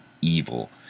evil